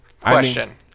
Question